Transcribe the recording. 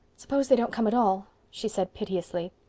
suppose they don't come at all? she said piteously.